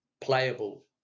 playable